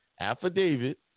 affidavit